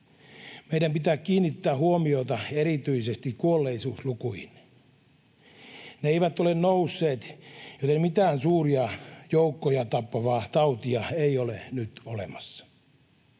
Meidän pitää kiinnittää huomiota erityisesti kuolleisuuslukuihin. Ne eivät ole nousseet, joten mitään suuria joukkoja tappavaa tautia ei ole nyt olemassa.